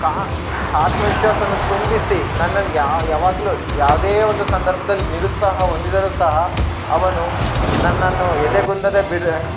ಕಾ ಆತ್ಮವಿಶ್ವಾಸವನ್ನು ತುಂಬಿಸಿ ನನ್ನಲಿ ಯಾವಾಗಲು ಯಾವುದೇ ಒಂದು ಸಂದರ್ಭ್ದಲ್ಲಿ ನಿರುತ್ಸಾಹ ಹೊಂದಿದರು ಸಹ ಅವನು ನನ್ನನ್ನು ಎದೆಗುಂದದೆ ಬಿಡ್ರ್